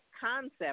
concept